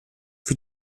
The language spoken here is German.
für